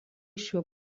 šiuo